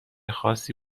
خاصی